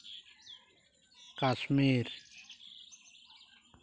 Kashmir